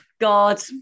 God